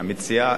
המציעה,